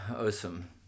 Awesome